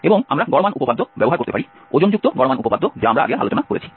এবং আমরা গড় মান উপপাদ্য ব্যবহার করতে পারি ওজনযুক্ত গড় মান উপপাদ্য যা আমরা আগে আলোচনা করেছি